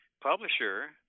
publisher